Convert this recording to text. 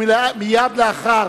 מייד לאחר